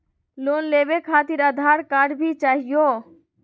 Loan लेवे खातिरआधार card भी चाहियो?